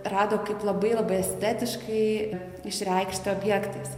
rado kaip labai labai estetiškai išreikšti objektais